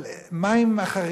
אבל מה עם החרדים?